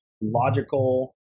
logical